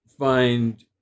find